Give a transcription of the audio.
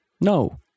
No